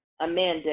amanda